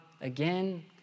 again